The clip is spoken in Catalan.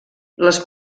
les